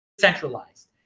centralized